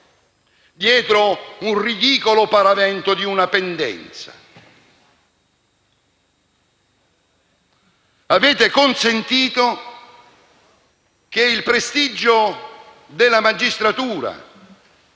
dietro il ridicolo paravento di una pendenza. Avete consentito che il prestigio della magistratura